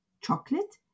chocolate